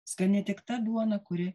skani tik ta duona kuri